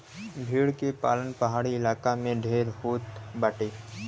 भेड़ के पालन पहाड़ी इलाका में ढेर होत बाटे